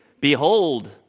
behold